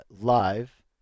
live